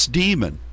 demon